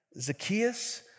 Zacchaeus